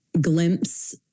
glimpse